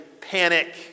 panic